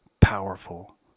powerful